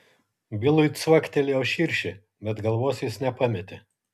bilui cvaktelėjo širšė bet galvos jis nepametė